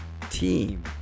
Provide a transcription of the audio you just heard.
Team